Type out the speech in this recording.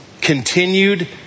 continued